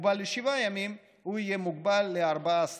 הוא יהיה מוגבל ל-14 יום.